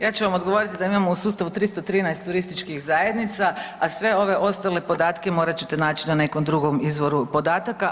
Ja ću vam odgovoriti da mi imamo u sustavu 313 turističkih zajednica, a sve ove ostale podatke morat ćete naći na nekom drugom izvoru podataka.